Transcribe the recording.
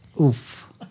Oof